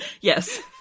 Yes